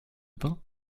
pain